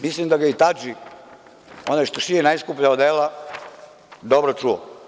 Mislim da ga je i Tadži, onaj što šije najskuplja odela, dobro čuo.